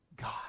God